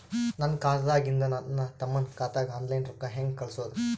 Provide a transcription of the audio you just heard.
ನನ್ನ ಖಾತಾದಾಗಿಂದ ನನ್ನ ತಮ್ಮನ ಖಾತಾಗ ಆನ್ಲೈನ್ ರೊಕ್ಕ ಹೇಂಗ ಕಳಸೋದು?